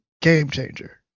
game-changer